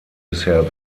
bisher